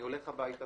אני הולך הביתה,